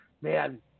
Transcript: man